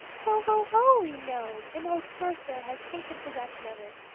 ho, ho, ho! we know an old sorcerer has taken possession of it,